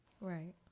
Right